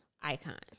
icon